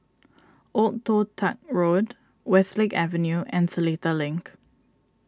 Old Toh Tuck Road Westlake Avenue and Seletar Link